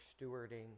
stewarding